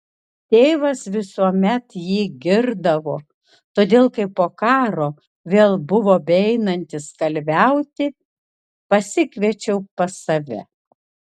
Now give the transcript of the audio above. tėvas visuomet jį girdavo todėl kai po karo vėl buvo beeinantis kalviauti pasikviečiau pas save